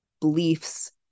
beliefs